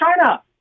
China